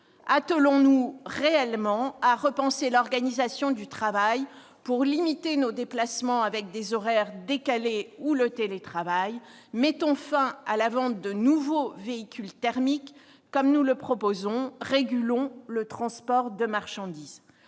Attelons-nous réellement à repenser l'organisation du travail pour limiter nos déplacements, avec des horaires décalés ou le télétravail, mettons fin à la vente de nouveaux véhicules thermiques, comme nous le proposons, et régulons le transport de marchandises